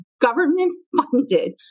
government-funded